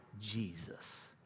Jesus